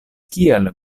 kial